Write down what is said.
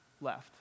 left